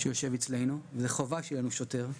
לפתור את בעיית האלימות,